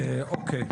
אוקיי.